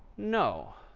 no.